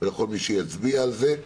ולכל מי שיצביע על זה.